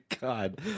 God